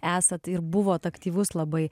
esat ir buvot aktyvus labai